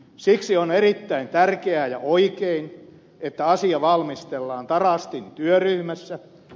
siksi on erittäin tärkeää ja oikein että asia valmistellaan tarastin työryhmässä